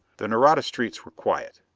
the nareda streets were quiet.